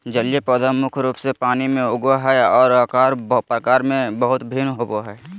जलीय पौधा मुख्य रूप से पानी में उगो हइ, और आकार प्रकार में बहुत भिन्न होबो हइ